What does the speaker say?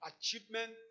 achievement